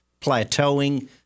plateauing